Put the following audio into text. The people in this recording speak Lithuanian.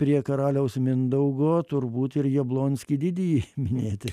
prie karaliaus mindaugo turbūt ir jablonskį didįjį minėti